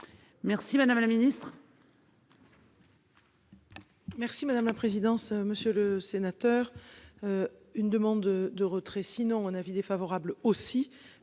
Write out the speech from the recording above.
Merci madame la ministre.